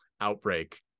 outbreak